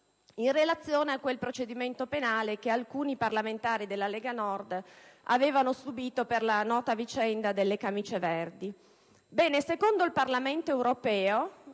in relazione al procedimento penale che alcuni parlamentari della Lega Nord avevano subito per la nota vicenda delle camicie verdi.